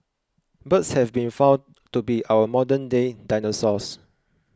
birds have been found to be our modern day dinosaurs